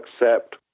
accept